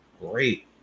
great